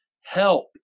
help